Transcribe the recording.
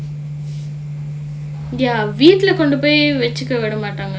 ya வீட்ல கொன்டு போய் வெச்சிக்க விட மாட்டாங்க:veetla kondu poyi veccikka vida maattaanga